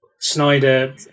Snyder